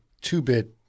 two-bit –